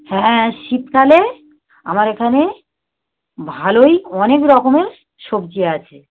হ্যাঁ শীতকালে আমার এখানে ভালোই অনেক রকমের সবজি আছে